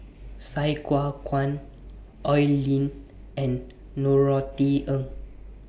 Sai Kua Kuan Oi Lin and Norothy Ng